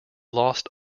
lost